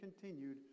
continued